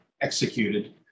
executed